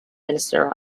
minister